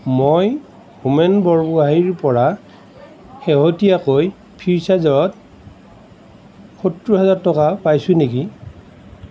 মই হোমেন বৰগোহাঞিৰ পৰা শেহতীয়াকৈ ফ্ৰীচাৰ্জত সত্তৰ হাজাৰ টকা পাইছো নেকি